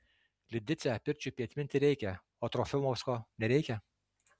lidicę pirčiupį atminti reikia o trofimovsko nereikia